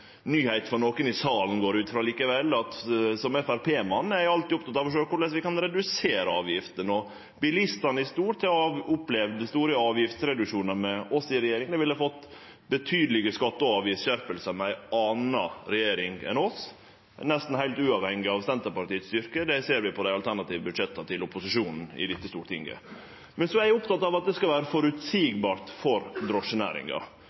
for nokon i salen, går eg ut frå, at som Framstegsparti-mann er eg alltid oppteken av å sjå på korleis vi kan redusere avgiftene. Bilistane i stort har opplevd store avgiftsreduksjonar med oss i regjering. Dei ville ha fått betydelege skatte- og avgiftsskjerpingar med ei anna regjering enn oss, nesten heilt uavhengig av Senterpartiets styrke, det ser vi på dei alternative budsjetta til opposisjonen i dette stortinget. Eg er oppteken av at det skal vere føreseieleg for drosjenæringa,